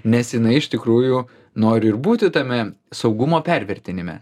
nes jinai iš tikrųjų nori ir būti tame saugumo pervertinime